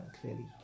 clearly